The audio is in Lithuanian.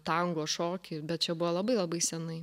tango šokį bet čia buvo labai labai senai